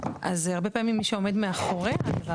אז הרבה פעמים מי שעומד מאחורי הדבר